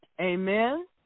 Amen